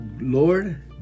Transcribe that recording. Lord